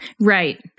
Right